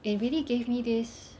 it really gave me this